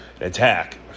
Attack